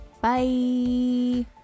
Bye